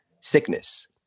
sickness